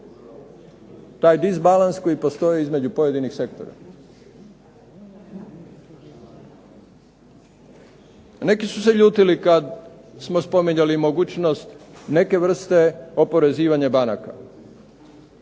taj disbalans koji postoji između pojedinih sektora. Neki su se ljutili kad smo spominjali mogućnost neke vrste oporezivanja banaka.